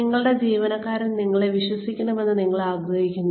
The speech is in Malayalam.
നിങ്ങളുടെ ജീവനക്കാർ നിങ്ങളെ വിശ്വസിക്കണമെന്ന് നിങ്ങൾ ആഗ്രഹിക്കുന്നു